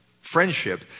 friendship